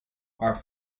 are